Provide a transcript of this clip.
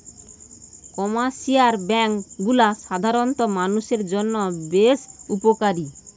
commercial bank গুলা সাধারণ মানুষের জন্য বেশ উপকারী